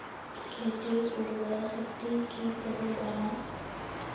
खेतीर उर्वरा शक्ति की करे बढ़ाम?